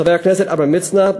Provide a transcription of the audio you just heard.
חבר הכנסת עמרם מצנע,